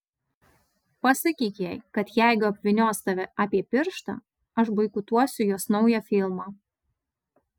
pasakyk jai kad jeigu apvynios tave apie pirštą aš boikotuosiu jos naują filmą